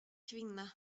kvinna